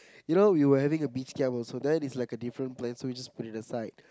you know we were having a beach camp also that is like a different so we just put it aside